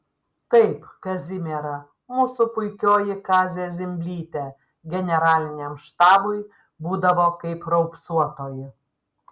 taip kazimiera mūsų puikioji kazė zimblytė generaliniam štabui būdavo kaip raupsuotoji